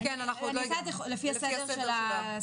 הוא מתעכב בגלל עניינים פרוצדורליים של